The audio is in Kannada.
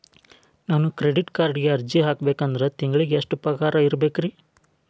ನಾನು ಕ್ರೆಡಿಟ್ ಕಾರ್ಡ್ಗೆ ಅರ್ಜಿ ಹಾಕ್ಬೇಕಂದ್ರ ತಿಂಗಳಿಗೆ ಎಷ್ಟ ಪಗಾರ್ ಇರ್ಬೆಕ್ರಿ?